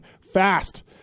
fast